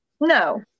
No